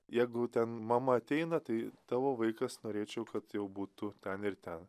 jeigu ten mama ateina tai tavo vaikas norėčiau kad jau būtų ten ir ten